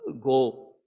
go